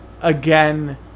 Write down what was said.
again